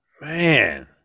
Man